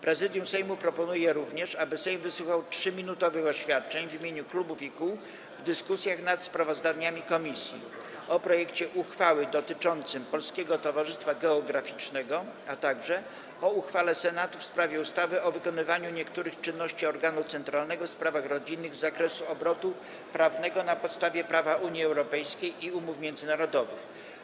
Prezydium Sejmu proponuje również, aby Sejm wysłuchał 3-minutowych oświadczeń w imieniu klubów i kół w dyskusjach nad sprawozdaniami komisji o: - projekcie uchwały dotyczącym Polskiego Towarzystwa Geograficznego, - uchwale Senatu w sprawie ustawy o wykonywaniu niektórych czynności organu centralnego w sprawach rodzinnych z zakresu obrotu prawnego na podstawie prawa Unii Europejskiej i umów międzynarodowych.